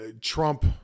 Trump